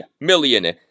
million